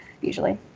usually